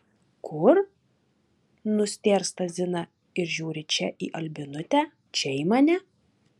kur nustėrsta zina ir žiūri čia į albinutę čia į mane